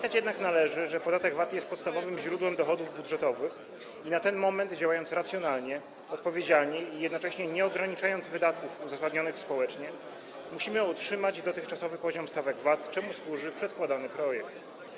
Należy jednak pamiętać, że podatek VAT jest podstawowym źródłem dochodów budżetowych i na ten moment, działając racjonalnie, odpowiedzialnie i jednocześnie nie ograniczając wydatków uzasadnionych społecznie, musimy utrzymać dotychczasowy poziom stawek VAT, czemu służy przedkładany projekt.